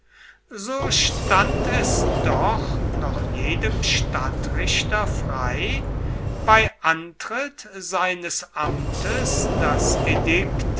so stand es doch noch jedem stadtrichter frei bei antritt seines amtes das